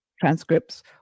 transcripts